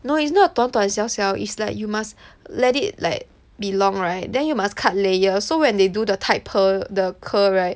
no it's not 短短小小 is like you must let it like be long right then you must cut layer so when they do the tight curl~ the curl right